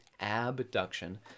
abduction